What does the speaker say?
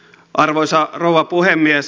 arvoisa rouva puhemies